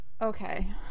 okay